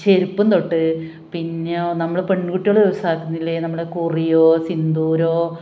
ചെരുപ്പും തൊട്ട് പിന്നെയോ നമ്മൾ പെൺകുട്ടികൾ യൂസ് ആക്കുന്നില്ലേ നമ്മൾ കുറിയോ സിന്ദൂരമോ